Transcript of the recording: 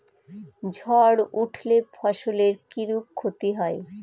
ঝড় উঠলে ফসলের কিরূপ ক্ষতি হয়?